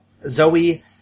Zoe